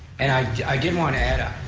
and i did want to add,